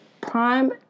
prime